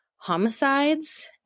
homicides